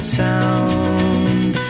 sound